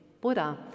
Buddha